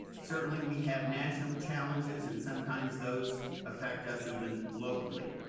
certainly we have national challenges and sometimes those affect us even locally.